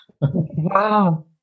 wow